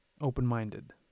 open-minded